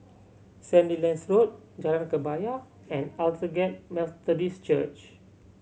Sandilands Road Jalan Kebaya and Aldersgate Methodist Church